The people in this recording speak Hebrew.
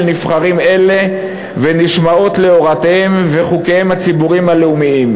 נבחרים אלה ונשמעות להוראותיהם וחוקיהם הציבוריים הלאומיים.